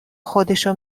خودشو